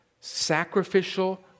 sacrificial